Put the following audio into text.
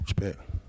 Respect